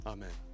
Amen